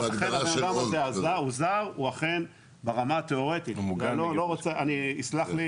הוא זר, הוא אכן ברמה התיאורטית, יסלח לי